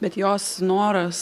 bet jos noras